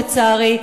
לצערי,